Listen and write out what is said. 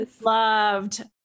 loved